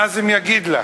נאזם יגיד לך.